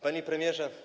Panie Premierze!